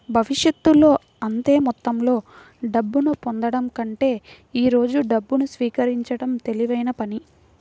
భవిష్యత్తులో అంతే మొత్తంలో డబ్బును పొందడం కంటే ఈ రోజు డబ్బును స్వీకరించడం తెలివైన పని